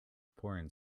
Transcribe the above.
pouring